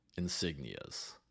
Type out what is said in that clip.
insignias